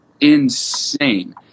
insane